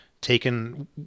taken